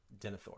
Denethor